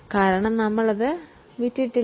എന്തെന്നാൽ നമ്മൾ അതു ഇനിയും വിറ്റിട്ടില്ല